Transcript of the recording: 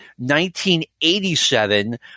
1987